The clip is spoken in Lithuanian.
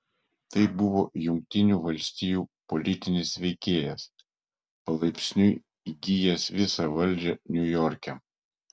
tai buvo jungtinių valstijų politinis veikėjas palaipsniui įgijęs visą valdžią niujorke